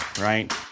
right